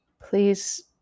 please